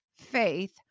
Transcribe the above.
faith